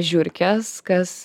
žiurkes kas